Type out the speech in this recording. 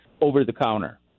over-the-counter